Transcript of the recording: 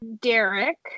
Derek